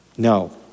No